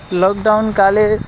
lockdown काले